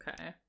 okay